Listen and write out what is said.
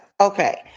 Okay